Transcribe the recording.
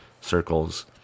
circles